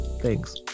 Thanks